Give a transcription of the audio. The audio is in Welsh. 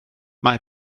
mae